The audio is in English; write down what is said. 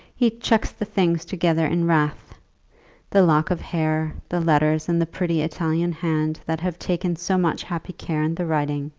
he chucks the things together in wrath the lock of hair, the letters in the pretty italian hand that have taken so much happy care in the writing,